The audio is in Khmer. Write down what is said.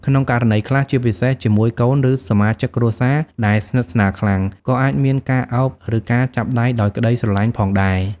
ក្នុងករណីខ្លះ ជាពិសេសជាមួយកូន ឬសមាជិកគ្រួសារដែលស្និទ្ធស្នាលខ្លាំង ក៏អាចមានការឱប ឬការចាប់ដៃដោយក្ដីស្រឡាញ់ផងដែរ។